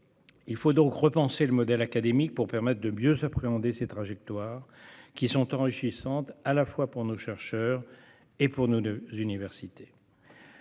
Il faut donc repenser le modèle académique pour permettre de mieux appréhender ces trajectoires, qui sont enrichissantes, à la fois pour nos chercheurs et pour nos universités.